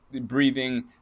breathing